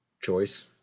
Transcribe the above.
choice